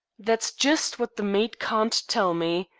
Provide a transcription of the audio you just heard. that's just what the maid can't tell me.